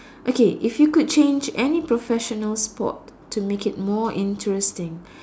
okay if you could change any professional sport to make it more interesting